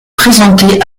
présenté